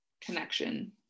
connection